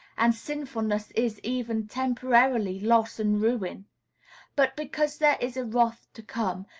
and sinfulness is, even temporarily, loss and ruin but because there is a wrath to come,